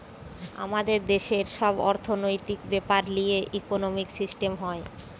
আমাদের দেশের সব অর্থনৈতিক বেপার লিয়ে ইকোনোমিক সিস্টেম হয়